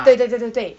对对对对对